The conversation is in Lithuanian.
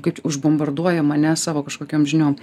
kaip čia užbombarduojama ne savo kažkokiom žiniom